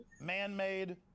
Man-made